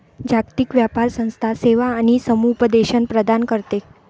जागतिक व्यापार संस्था सेवा आणि समुपदेशन प्रदान करते